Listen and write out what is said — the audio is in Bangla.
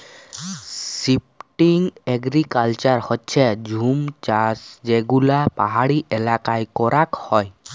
শিফটিং এগ্রিকালচার হচ্যে জুম চাষযেগুলা পাহাড়ি এলাকায় করাক হয়